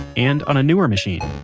and on a newer machine